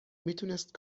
میتونست